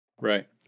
Right